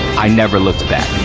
i never looked back.